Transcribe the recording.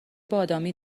بادامی